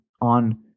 on